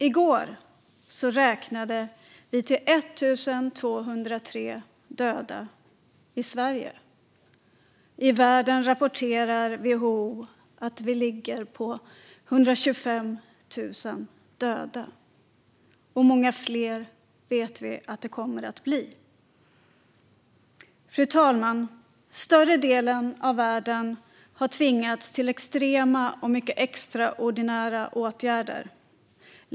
I går räknade vi till 1 203 döda i Sverige. I världen rapporterar WHO att vi ligger på 125 000 döda, och många fler vet vi att det kommer att bli. Fru talman! Större delen av världen har tvingats till extrema och extraordinära åtgärder.